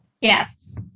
Yes